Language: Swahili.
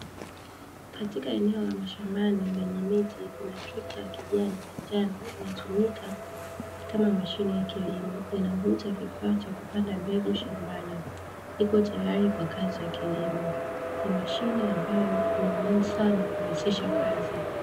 Katika eneo la mashambani lenye miti, kuna trekta ya kijani na njano, inatumika kama mashine ya kilimo, inavuta kifaa cha kupanda mbegu shambani, iko tayari kwa kazi ya kilimo. Ni mashine ambayo ana umuhimu sana kurahisisha kazi.